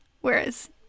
Whereas